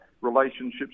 relationships